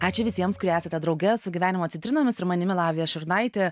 ačiū visiems kurie esate drauge su gyvenimo citrinomis ir manimi lavija šurnaite